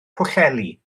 pwllheli